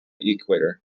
equator